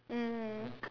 mmhmm